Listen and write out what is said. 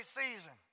season